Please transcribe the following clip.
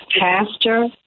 Pastor